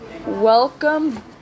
Welcome